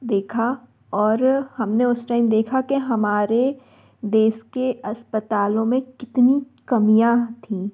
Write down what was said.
देखा और हम ने उस टाइम देखा कि हमारे देश के अस्पतालों में कितनी कमियां थी